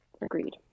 agreed